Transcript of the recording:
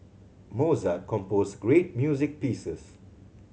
Mozart composed great music pieces